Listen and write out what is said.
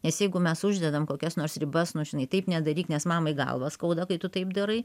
nes jeigu mes uždedam kokias nors ribas nu žinai taip nedaryk nes mamai galvą skauda kai tu taip darai